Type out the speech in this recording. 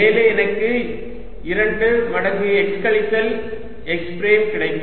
மேலே எனக்கு 2 மடங்கு x கழித்தல் x பிரைம் கிடைக்கும்